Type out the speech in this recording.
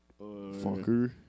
fucker